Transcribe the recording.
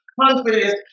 confidence